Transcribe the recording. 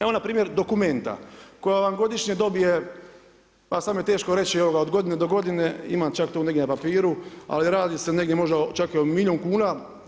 Evo na primjer Documenta koja vam godišnje dobije pa sad mi je teško reći, evo od godine do godine imam čak tu negdje na papiru, ali radi se negdje možda čak i o milijun kuna.